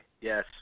Yes